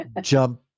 jump